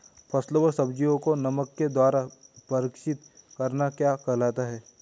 फलों व सब्जियों को नमक के द्वारा परीक्षित करना क्या कहलाता है?